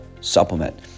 Supplement